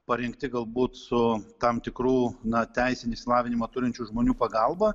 parengti galbūt su tam tikrų na teisinį išsilavinimą turinčių žmonių pagalba